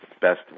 best